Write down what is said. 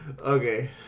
Okay